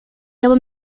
album